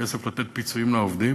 כסף לתת פיצויים לעובדים,